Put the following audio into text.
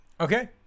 Okay